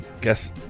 guess